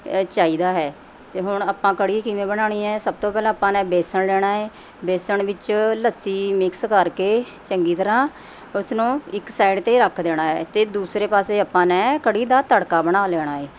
ਇਹ ਚਾਹੀਦਾ ਹੈ ਅਤੇ ਹੁਣ ਆਪਾਂ ਕੜ੍ਹੀ ਕਿਵੇਂ ਬਣਾਉਣੀ ਹੋ ਸਭ ਤੋਂ ਪਹਿਲਾਂ ਆਪਾਂ ਨੇ ਬੇਸਣ ਲੈਣਾ ਏ ਬੇਸਣ ਵਿੱਚ ਲੱਸੀ ਮਿਕਸ ਕਰਕੇ ਚੰਗੀ ਤਰ੍ਹਾਂ ਉਸਨੂੰ ਇੱਕ ਸਾਈਡ 'ਤੇ ਰੱਖ ਦੇਣਾ ਹੈ ਅਤੇ ਦੂਸਰੇ ਪਾਸੇ ਆਪਾਂ ਨੇ ਕੜ੍ਹੀ ਦਾ ਤੜਕਾ ਬਣਾ ਲੈਣਾ ਏ